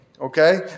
okay